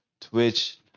Twitch